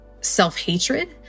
self-hatred